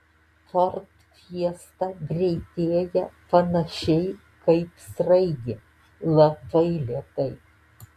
ford fiesta greitėja panašiai kaip sraigė labai lėtai